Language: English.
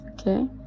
Okay